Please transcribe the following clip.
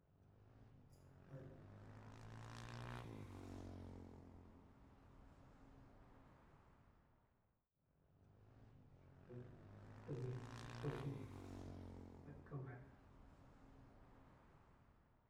waɗi belu kunnu feɗu baɗu bacoɗi baci belu fifeɗu ɓannu imbaɗ in baɗ kawaɗi in baɗ ka belu inbaɗ kakunu inbaɗ kafeɗu inbaɗ kaƃalu in baɗ ka bacoɗi.